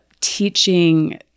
teaching